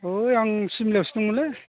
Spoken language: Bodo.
ओइ आं सिमलायावसो दंमोनलै